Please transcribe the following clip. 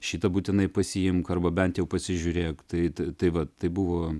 šitą būtinai pasiimk arba bent jau pasižiūrėk tai tai vat tai buvo